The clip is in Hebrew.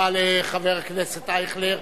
תודה רבה לחבר הכנסת אייכלר.